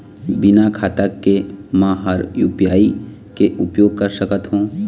बिना खाता के म हर यू.पी.आई के उपयोग कर सकत हो?